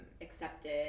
accepted